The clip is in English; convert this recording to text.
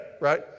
right